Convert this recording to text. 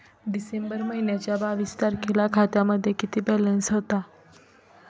डिसेंबर महिन्याच्या बावीस तारखेला खात्यामध्ये किती बॅलन्स होता?